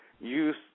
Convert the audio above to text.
use